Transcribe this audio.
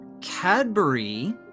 Cadbury